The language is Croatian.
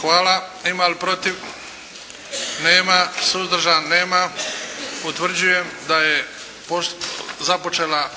Hvala. Ima li protiv? Nema. Suzdržanih? Nema. Utvrđujem da je započela